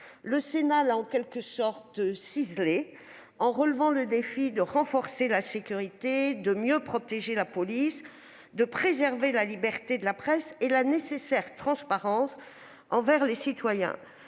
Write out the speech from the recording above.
Le Sénat l'a en quelque sorte ciselé, en relevant le défi de renforcer la sécurité, de mieux protéger la police, de préserver la liberté de la presse et la nécessaire transparence envers les citoyens.